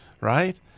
right